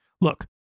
Look